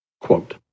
quote